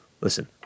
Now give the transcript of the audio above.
listen